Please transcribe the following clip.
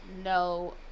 No